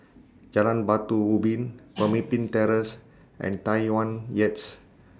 Jalan Batu Ubin Pemimpin Terrace and Tai Yuan Heights